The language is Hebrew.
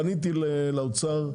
פניתי לאוצר,